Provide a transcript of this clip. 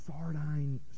sardine